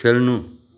खेल्नु